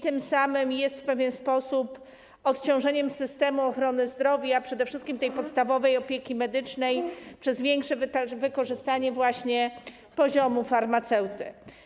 Tym samym jest w pewien sposób odciążeniem systemu ochrony zdrowia, a przede wszystkim tej podstawowej opieki medycznej przez większe wykorzystanie właśnie poziomu farmaceuty.